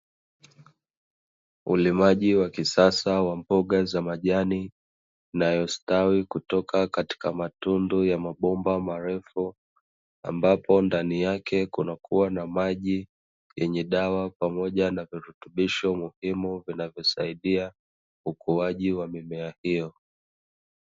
Ulimaji wa kisasa wa mboga za majini, inayostawi kutoka katika matundu ya mabomba marefu, ambapo ndani yake kunakuwa na maji yenye dawa pamoja na virutubisho muhimu vinavyosaidia ukuaji wa mimea hiyo.